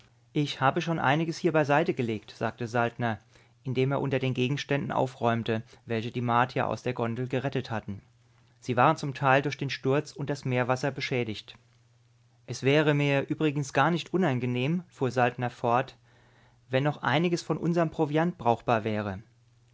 ich habe schon einiges hier beiseite gelegt sagte saltner indem er unter den gegenständen aufräumte welche die martier aus der gondel gerettet hatten sie waren zum teil durch den sturz und das meerwasser beschädigt es wäre mir übrigens gar nicht unangenehm fuhr saltner fort wenn noch einiges von unserm proviant brauchbar wäre